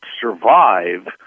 survive